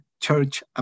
church